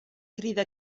crida